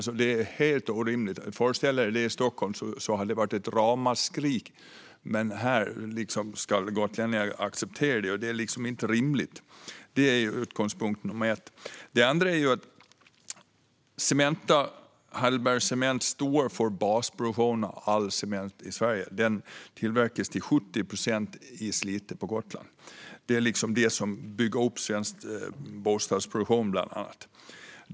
Det är helt orimligt. Föreställ er denna situation i Stockholm. Då hade det varit ett ramaskri. Men gotlänningar ska acceptera detta. Det är inte rimligt. Det är den första utgångspunkten. Den andra är att Cementa och Heidelberg Cement står för basproduktionen av all cement i Sverige. Den tillverkas till 70 procent i Slite på Gotland. Det är det som bland annat bygger upp svensk bostadsproduktion.